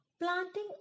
planting